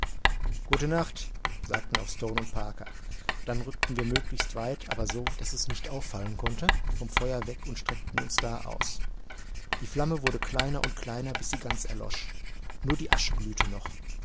gute nacht sagten auch stone und parker dann rückten wir möglichst weit aber so daß es nicht auffallen konnte vom feuer weg und streckten uns da aus die flamme wurde kleiner und kleiner bis sie ganz erlosch nur die asche glühte noch